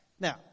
Now